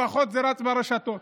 לפחות זה רץ ברשתות.